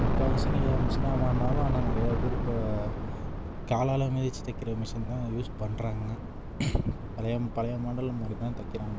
முக்கால்வாசி இங்கே மிஷினாக மாறினாலும் ஆனால் நிறைய பேர் இப்போ காலால் மிதிச்சு தைக்கிற மிஷின் தான் யூஸ் பண்ணுறாங்க பழைய பழைய மாடலில் மாதிரி தான் தைக்கிறாங்க